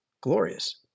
glorious